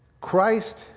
Christ